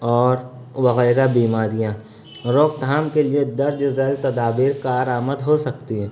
اور وغیرہ بیماریاں روک تھام کے لیے درج ذیل تدابیر کار آمد ہو سکتی ہے